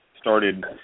started